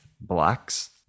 blocks